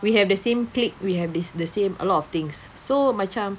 we have the same clique we have this the same a lot of things so macam